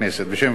חוק ומשפט,